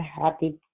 Happy